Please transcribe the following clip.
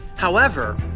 however,